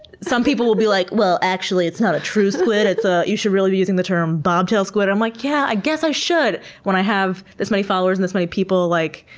some people will be like, well actually it's not a true squid, it's a, you should really be using the term bobtail squid. i'm like, yeah, i guess i should when i have this many followers and this many people like